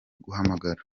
guhamagara